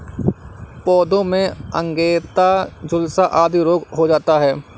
पौधों में अंगैयता, झुलसा आदि रोग हो जाता है